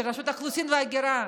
של רשות האוכלוסין וההגירה,